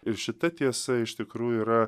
ir šita tiesa iš tikrųjų yra